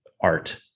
art